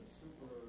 super